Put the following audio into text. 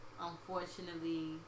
Unfortunately